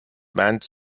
bands